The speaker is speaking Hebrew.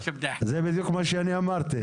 זה בדיוק מה שאני אמרתי.